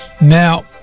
Now